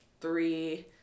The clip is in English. three